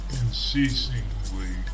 unceasingly